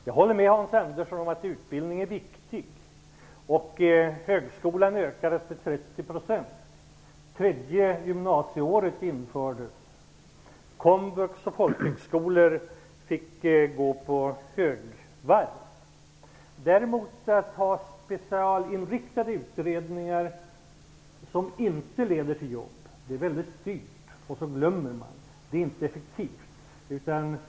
Jag håller med Hans Andersson om att utbildning är viktigt. Högskolan ökade med 30 %. Det tredje gymnasieåret infördes. Komvux och folkhögskolor fick gå på högvarv. Att däremot ha specialinriktade utredningar som inte leder till jobb är väldigt dyrt. Dessutom glömmer man att det inte är effektivt.